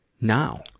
now